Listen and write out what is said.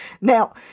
Now